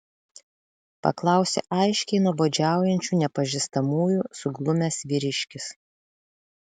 paklausė aiškiai nuobodžiaujančių nepažįstamųjų suglumęs vyriškis